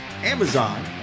amazon